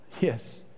Yes